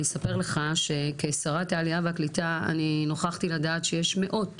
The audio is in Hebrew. אני אספר לך שכשרת העלייה והקליטה נוכחתי לדעת שיש מאות